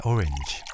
Orange